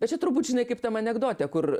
bet čia turbūt žinai kaip tam anekdote kur